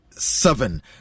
Seven